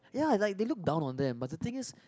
ya like they look down on them but the thing is